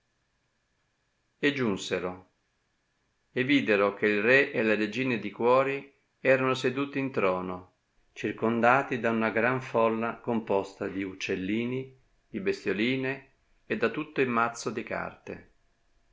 e giunsero e videro che il re e la regina di cuori erano seduti in trono circondati da una gran folla composta di uccellini di bestioline e da tutto il mazzo di carte